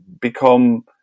become